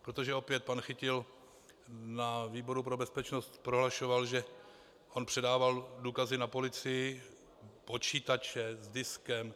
Protože opět pan Chytil na výboru pro bezpečnost prohlašoval, že on předával důkazy na policii, počítače, s diskem.